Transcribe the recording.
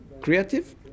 creative